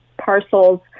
parcels